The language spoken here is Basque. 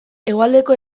hegoaldeko